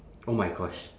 oh my gosh